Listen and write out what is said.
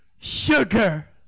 sugar